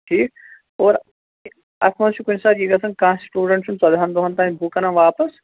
ٹھیٖک اور اتھ منٛز چھُ کُنہِ ساتہٕ یہِ گژھان کانٛہہ سِٹوٗڈینٛٹ چھُنہٕ ژۅدہان دۅہن تام بُک اَنان واپَس